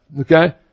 Okay